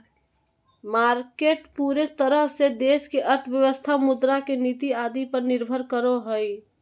market पूरे तरह से देश की अर्थव्यवस्था मुद्रा के नीति आदि पर निर्भर करो हइ